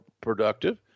productive